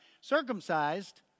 circumcised